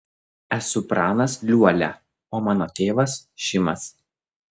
esu pranas liuolia o mano tėvas šimas